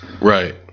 Right